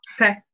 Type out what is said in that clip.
Okay